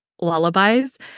lullabies